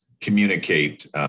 communicate